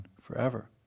forever